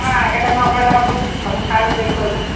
ହଁ ଆଗେ ତ ନ କହିଲେ ହେବ କି ତୁମ ସାରକୁ ଯାଇକି କହିଦେବ